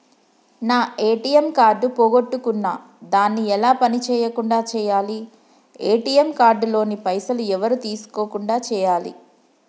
నా ATM card పోగొట్టుకున్నా దాన్ని ఎలా పని చేయకుండా చేయాలి ఏ.టి.ఎమ్ కార్డు లోని పైసలు ఎవరు తీసుకోకుండా చేయాలి?